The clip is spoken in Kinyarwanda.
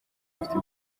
afite